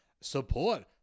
support